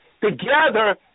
together